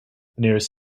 nearest